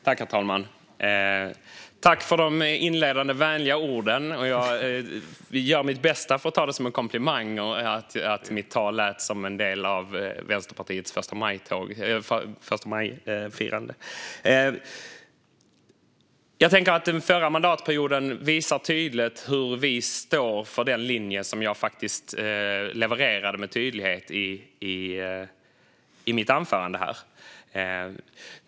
Herr talman! Tack för de inledande vänliga orden! Jag ska göra mitt bästa för att ta det som en komplimang att mitt anförande lät som en del av Vänsterpartiets förstamajfirande. Den förra mandatperioden visar tydligt hur vi står för den linje som jag levererade med tydlighet i mitt anförande.